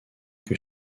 que